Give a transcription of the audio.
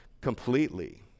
completely